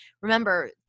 Remember